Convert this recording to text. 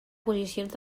posicions